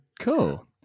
Cool